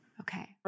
Okay